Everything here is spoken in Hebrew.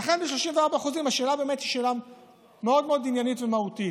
ולכן ב-34% השאלה היא באמת שאלה מאוד מאוד עניינית ומהותית.